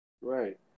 right